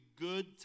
good